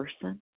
person